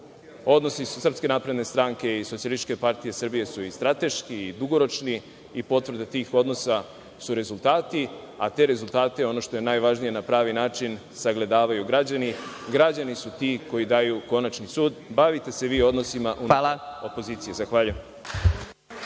između Srpske napredne stranke i Socijalističke partije Srbije su i strateški i dugoročni i potvrda tih odnosa su rezultati, a te rezultate, ono što je najvažnije, na pravi način sagledavaju građani. Građani su ti koji daju konačan sud. Bavite se vi odnosima unutar opozicije. Zahvaljujem.